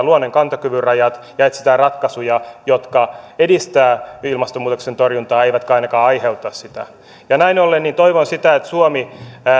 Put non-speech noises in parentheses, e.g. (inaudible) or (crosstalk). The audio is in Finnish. (unintelligible) luonnon kantokyvyn rajat ja etsitään ratkaisuja jotka edistävät ilmastonmuutoksen torjuntaa eivätkä ainakaan aiheuta sitä näin ollen toivon sitä että suomi